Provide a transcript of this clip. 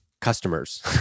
customers